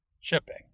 shipping